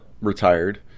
retired